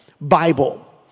Bible